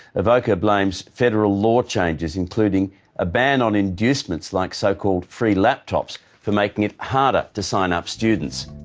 evocca blames federal law changes including a ban on inducements like so-called free laptops for making it harder to sign up students.